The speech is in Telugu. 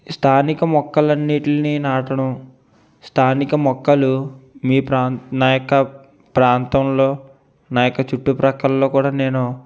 స్థానిక మొక్కలన్నిటిని నాటడం స్థానిక మొక్కలు మీ ప్రాంతం మా యొక్క ప్రాంతంలో మా యొక్క చుట్టు ప్రక్కలలో కూడా నేను